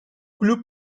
klub